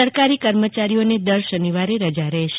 સરકારી કર્મચારીઓને દર શનિવારે રજા રહેશે